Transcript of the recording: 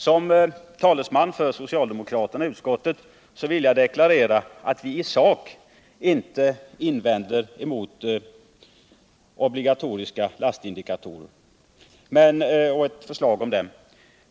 Som talesman för socialdemokraterna i utskottet vill jag deklarera att vi i sak inte har några invändningar mot obligatoriska lastindikatorer och ett förslag om dessa.